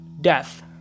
death